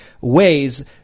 ways